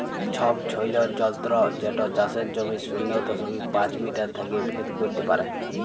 ছবছৈলর যলত্র যেট চাষের জমির শূন্য দশমিক পাঁচ মিটার থ্যাইকে ভেদ ক্যইরতে পারে